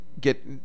get